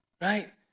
right